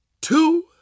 two